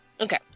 Okay